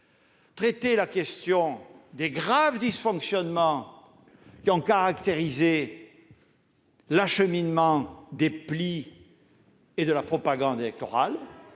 -traiter la question des graves dysfonctionnements qui ont caractérisé l'acheminement des plis et de la propagande électorale,